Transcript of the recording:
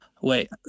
Wait